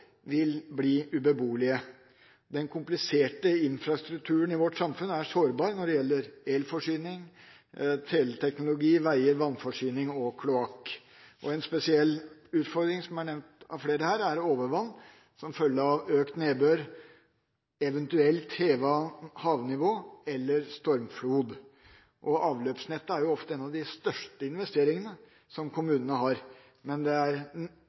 vil bli ubeboelige. Den kompliserte infrastrukturen i vårt samfunn er sårbar når det gjelder elforsyning, teleteknologi, veier, vannforsyning og kloakk. En spesiell utfordring – som er nevnt av flere her – er overvann som følge av økt nedbør, eventuelt hevet havnivå eller stormflod. Avløpsnettet er ofte en av de største investeringene som kommunene har. Men det er